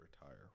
retire